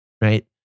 Right